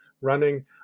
running